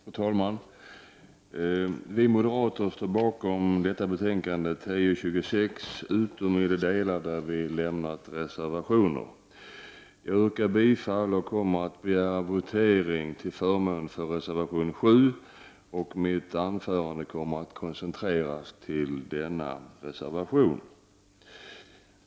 Fru talman! Vi moderater står bakom detta betänkande, TU26, utom i de delar där vi har lämnat reservationer. Jag yrkar bifall och kommer att begära votering till förmån för reservation 7, och mitt anförande kommer att koncentreras till denna reservation.